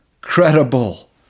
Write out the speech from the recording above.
credible